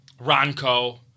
Ronco